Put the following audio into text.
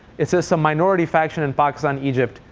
it's just some minority faction in pakistan, egypt,